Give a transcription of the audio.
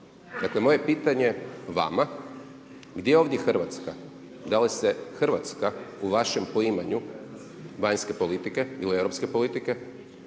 Dakle moje pitanje vama, gdje je ovdje Hrvatska? Da li se Hrvatska u vašem poimanju vanjske politike ili europske politike